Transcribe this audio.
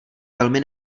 velmi